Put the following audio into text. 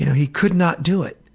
he could not do it.